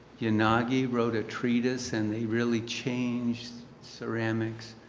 yeah unagi wrote a treatise and they really changed ceramics.